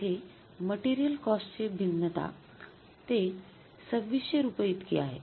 येथे मटेरियल कॉस्टचे भिन्नता ते २६०० रुपये इतकी आहे